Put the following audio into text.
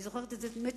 אני זוכרת את זה מצוין,